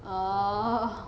oh